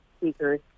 speakers